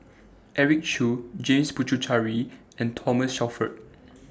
Eric Khoo James Puthucheary and Thomas Shelford